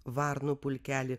varnų pulkelį